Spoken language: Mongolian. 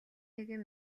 нэгэн